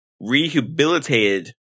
rehabilitated